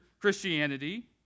Christianity